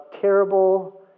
terrible